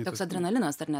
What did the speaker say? toks adrenalinas ar ne